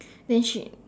then she